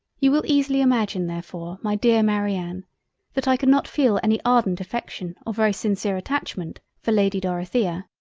you will easily imagine therefore my dear marianne that i could not feel any ardent affection or very sincere attachment for lady dorothea.